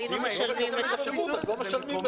היינו משלמים פחות.